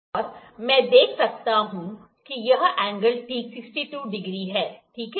और मैं देख सकता हूँ कि यह एंगल ठीक 62 डिग्री है ठीक है